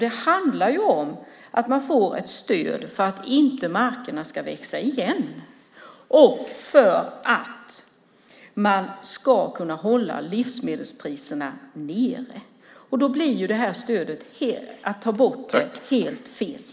Det handlar om att man får ett stöd för att markerna inte ska växa igen och för att man ska kunna hålla livsmedelspriserna nere. Då är det helt fel att ta bort det här stödet.